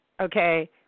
okay